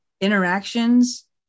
interactions